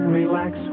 relax